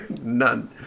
none